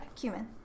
cumin